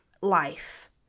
life